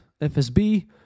FSB